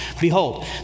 Behold